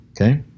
Okay